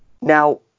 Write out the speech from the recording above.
Now